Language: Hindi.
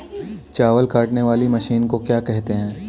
चावल काटने वाली मशीन को क्या कहते हैं?